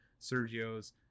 Sergio's